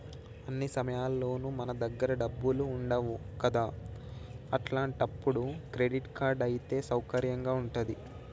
అన్ని సమయాల్లోనూ మన దగ్గర డబ్బులు ఉండవు కదా అట్లాంటప్పుడు క్రెడిట్ కార్డ్ అయితే సౌకర్యంగా ఉంటది